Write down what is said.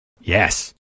Yes